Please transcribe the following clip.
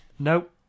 Nope